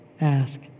ask